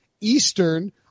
Eastern